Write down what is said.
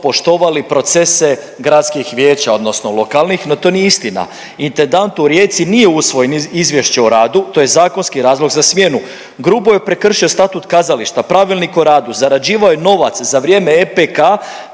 poštovali procese gradskih vijeća odnosno lokalnih, no to nije istina. Intendantu u Rijeci nije usvojeno izvješće o radu, to je zakonski razlog za smjenu. Grubo je prekršio Statut kazališta, Pravilnik o radu, zarađivao je novac za vrijeme EPK